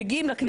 מגיעים לכנסת.